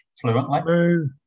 fluently